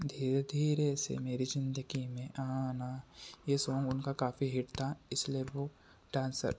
धीरे धीरे से मेरी जिंदगी में आना ये सौंग उनका काफ़ी हिट था इसलिए वो डांसर